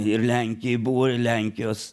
ir lenkijai buvo ir lenkijos